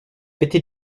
bitte